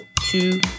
two